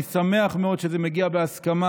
אני שמח מאוד שזה מגיע בהסכמה,